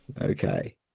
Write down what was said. Okay